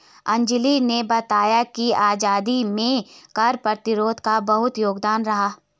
अंजली ने बताया कि आजादी में कर प्रतिरोध का बहुत योगदान रहा